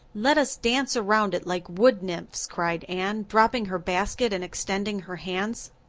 let us dance around it like wood-nymphs, cried anne, dropping her basket and extending her hands.